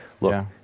Look